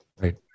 right